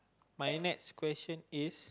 my next question is